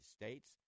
States